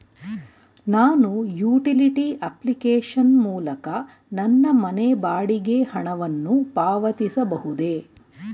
ನಾನು utility application ಮೂಲಕ ನನ್ನ ಮನೆ ಬಾಡಿಗೆ ಹಣವನ್ನು ಪಾವತಿಸಬಹುದೇ?